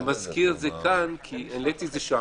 אני מזכיר את זה כאן, כי העליתי את זה שם.